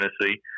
Tennessee